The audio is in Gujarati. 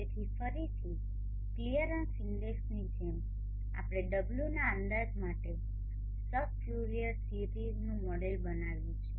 તેથી ફરીથી ક્લિયરન્સ ઇન્ડેક્સની જેમ આપણે wના અંદાજ માટે સબ ફ્યુરિયર સિરીઝનું મોડેલ બનાવ્યું છે